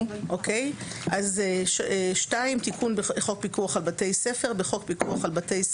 2. בחוק פיקוח על בתי ספר,